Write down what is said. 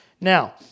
Now